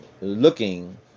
looking